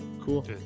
cool